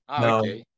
No